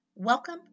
Welcome